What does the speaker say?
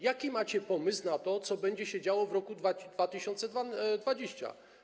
Jaki macie pomysł na to, co będzie się działo w roku 2020?